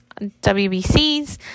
WBCs